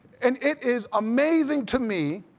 and it is amazing to me,